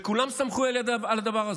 וכולם סמכו על הדבר הזה.